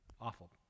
awful